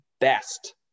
best